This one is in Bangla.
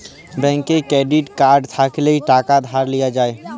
ব্যাংকের ক্রেডিট কাড় থ্যাইকলে টাকা ধার লিয়া যায়